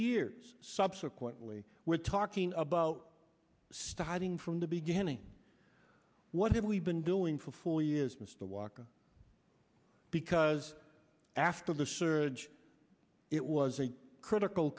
years subsequently we're talking about starting from the beginning what have we been doing for four years mr walker because after the surge it was a critical